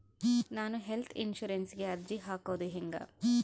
ನಾನು ಹೆಲ್ತ್ ಇನ್ಸುರೆನ್ಸಿಗೆ ಅರ್ಜಿ ಹಾಕದು ಹೆಂಗ?